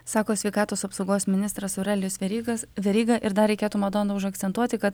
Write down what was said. sako sveikatos apsaugos ministras aurelijus veryga veryga ir dar reikėtų madona užakcentuoti kad